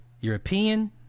European